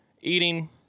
eating